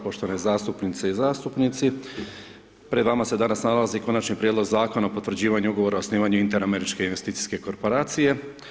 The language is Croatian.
Poštovane zastupnice i zastupnici, pred vama se danas nalazi Konačni prijedlog Zakona o potvrđivanju Ugovora o osnivanju Inter-Američke investicijske korporacije.